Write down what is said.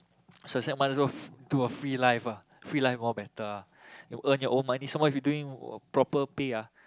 so sad months go fr~ do a free life ah free like more better ah you earn your own money some much you doing proper pay ah